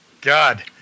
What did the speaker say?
God